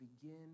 begin